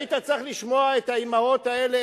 היית צריך לשמוע את האמהות האלה,